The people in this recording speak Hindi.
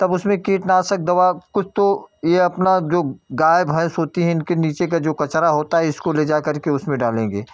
तब उसमें कीटनाशक दवा कुछ तो यह अपना जो गाय भैंस होती है इनके नीचे का जो कचरा होता है इसको ले जा करके उसमें डालेंगे